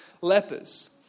lepers